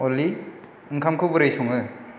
अलि ओंखामखौ बोरै सङो